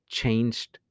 changed